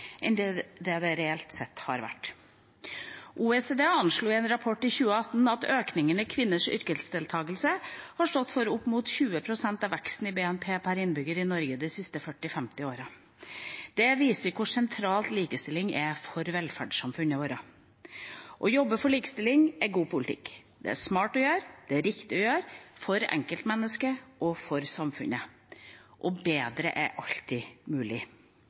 enn det reelt sett har vært. OECD anslo i en rapport i 2018 at økningen i kvinners yrkesdeltakelse har stått for opp mot 20 pst. av veksten i BNP per innbygger i Norge de siste 40–50 årene. Det viser hvor sentralt likestilling er for velferdssamfunnet vårt. Å jobbe for likestilling er god politikk. Det er smart å gjøre, og det er riktig å gjøre, for enkeltmennesket og for samfunnet. Og bedre er alltid mulig.